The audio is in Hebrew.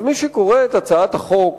אז מי שקורא את הצעת החוק,